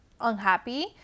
unhappy